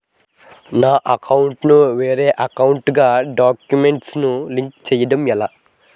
నా అకౌంట్ కు వేరే అకౌంట్ ఒక గడాక్యుమెంట్స్ ను లింక్ చేయడం ఎలా?